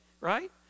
right